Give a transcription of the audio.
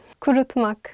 Kurutmak